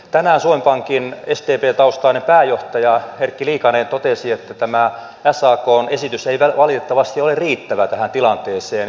tänään suomen pankin sdp taustainen pääjohtaja erkki liikanen totesi että tämä sakn esitys ei valitettavasti ole riittävä tähän tilanteeseen